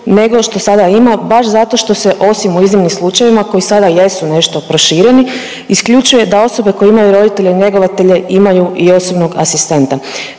nego što sada ima baš zato što se osim u iznimnim slučajevima koji sada jesu nešto prošireni isključuje da osobe koje imaju roditelje njegovatelje imaju i osobnog asistenta.